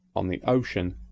on the ocean,